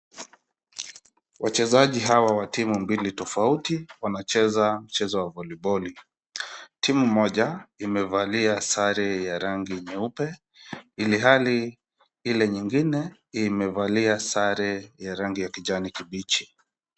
Wachezaji hawa wa timu mbili tofauti wanacheza mchezo wa voliboli. Timu moja imevalia sare ya rangi nyeupe, ilhali ile nyingine imevalia sare ya rangi ya kijani kibichi.